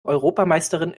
europameisterin